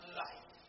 life